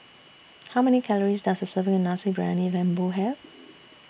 How Many Calories Does A Serving of Nasi Briyani Lembu Have